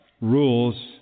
rules